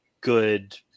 good